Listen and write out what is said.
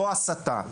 לא הסתה,